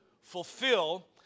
fulfill